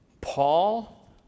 Paul